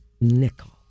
nickel